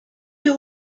you